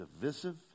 divisive